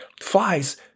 flies